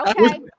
okay